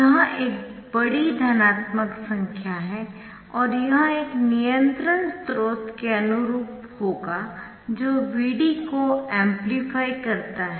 यह एक बड़ी धनात्मक संख्या है और यह एक नियंत्रण स्रोत के अनुरूप होगा जो Vd को एम्पलीफाई करता है